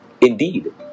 Indeed